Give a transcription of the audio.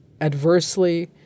adversely